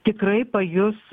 tikrai pajus